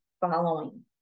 following